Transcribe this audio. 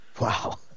Wow